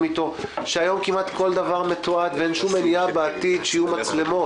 אתו שהיום כמעט כל דבר מתועד ואין מניעה בעתיד שיהיו מצלמות.